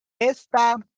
esta